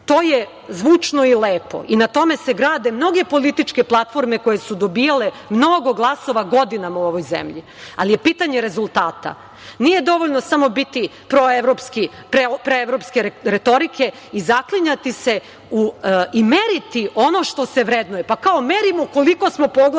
je zvučno i lepo i na tome se grade mnoge političke platforme koje su dobijale mnogo glasova godinama u ovoj zemlji, ali je pitanje rezultata. Nije dovoljna samo proevropska retorika i zaklinjati se i meriti ono što se vrednuje, pa kao merimo koliko smo poglavlja